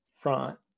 front